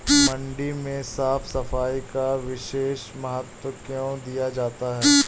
मंडी में साफ सफाई का विशेष महत्व क्यो दिया जाता है?